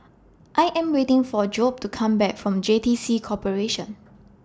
I Am waiting For Job to Come Back from J T C Corporation